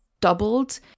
doubled